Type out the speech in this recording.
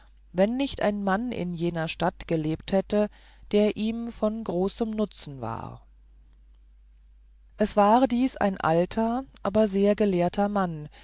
wenn nicht ein mann in jener stadt gelebt hätte der ihm von großem nutzen war es war dies ein alter aber sehr gelehrter mann